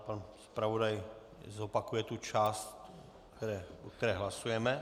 Pan zpravodaj zopakuje tu část, o čem hlasujeme.